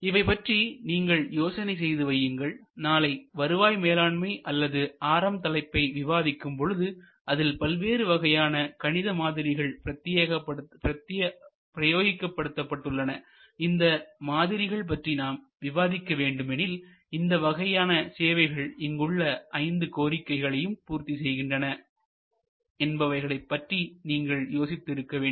இவை பற்றி நீங்கள் யோசனை செய்து வையுங்கள் நாளை வருவாய் மேலாண்மை அல்லது RM தலைப்பை விவாதிக்கும் பொழுது அதில் பல்வேறு வகையான கணித மாதிரிகள் பிரயோக படுத்தப்பட்டுள்ளன இந்த மாதிரிகள் பற்றி நாம் விவாதிக்க வேண்டும் எனில் எந்த வகையான சேவைகள் இங்கு உள்ள 5 கோரிக்கைகளையும் பூர்த்தி செய்கின்றன என்பவைகளை பற்றி நீங்கள் யோசித்து இருக்க வேண்டும்